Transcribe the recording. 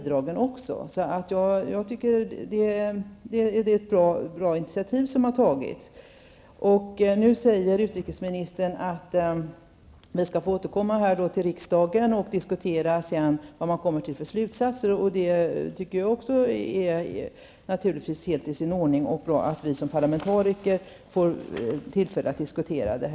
Det är ett bra initiativ som har tagits. Utrikesministern förklarade att man skall återkomma till riksdagen och diskutera vilka slutsatser som man har kommit till. Det är naturligtvis helt i sin ordning att vi såsom parlamentariker får tillfälle att diskutera frågan.